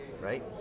right